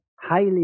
highly